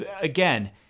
again